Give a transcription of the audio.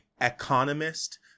economist